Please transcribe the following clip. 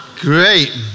Great